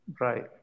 Right